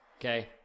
Okay